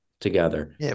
together